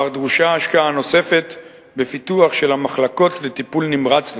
אך דרושה השקעה נוספת בפיתוח של המחלקות לטיפול נמרץ לפגים.